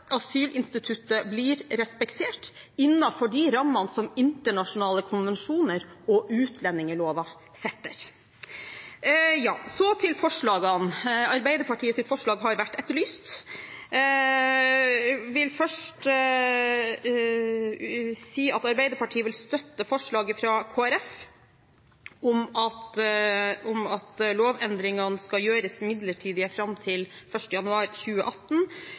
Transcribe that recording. asylinstituttet blir respektert innenfor de rammene som internasjonale konvensjoner og utlendingsloven setter. Så til forslagene: Arbeiderpartiets forslag har vært etterlyst. Jeg vil først si at Arbeiderpartiet vil støtte forslaget fra Kristelig Folkeparti om at lovendringene skal gjøres midlertidige fram til 1. januar 2018.